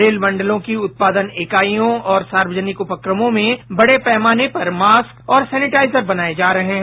इसी क्रम में रेल मंडलों की उत्पादन इकाइयों और सार्वजनिक उपक्रमों में बड़े पैमाने पर मास्क और सैनेटाइजर बनाये जा रहे हैं